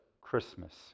Christmas